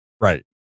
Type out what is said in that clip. Right